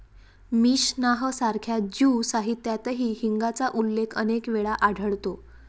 Mishnah सारख्या Jew साहित्यातही हिंगाचा उल्लेख अनेक वेळा आढळतो